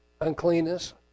uncleanness